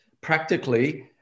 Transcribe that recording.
practically